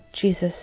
Jesus